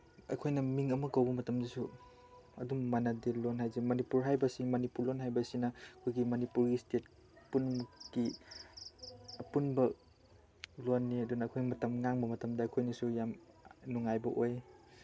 ꯑꯩꯈꯣꯏꯅ ꯃꯤꯡ ꯑꯃ ꯀꯧꯕ ꯃꯇꯝꯗꯁꯨ ꯑꯗꯨꯝ ꯃꯥꯟꯅꯗꯦ ꯂꯣꯜ ꯍꯥꯏꯕꯁꯦ ꯃꯅꯤꯄꯨꯔ ꯍꯥꯏꯕꯁꯤ ꯃꯅꯤꯄꯨꯔ ꯂꯣꯜ ꯍꯥꯏꯕꯁꯤꯅ ꯑꯩꯈꯣꯏꯒꯤ ꯃꯅꯤꯄꯨꯔ ꯏꯁꯇꯦꯠ ꯄꯨꯝꯅꯃꯛꯀꯤ ꯑꯄꯨꯟꯕ ꯂꯣꯟꯜꯅꯤ ꯑꯗꯨꯅ ꯑꯩꯈꯣꯏ ꯉꯥꯡꯕ ꯃꯇꯝꯗꯁꯨ ꯑꯩꯈꯣꯏ ꯌꯥꯝ ꯅꯨꯡꯉꯥꯏꯕ ꯑꯣꯏ